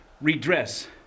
redress